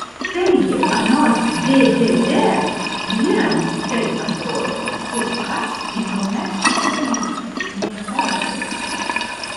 taigi anot ddd vyrams tai atrodo kur kas įdomesnis dalykas nei moterims